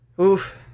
Oof